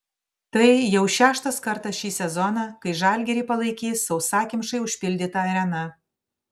tai jau šeštas kartas šį sezoną kai žalgirį palaikys sausakimšai užpildyta arena